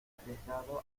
arriesgado